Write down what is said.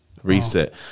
reset